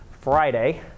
Friday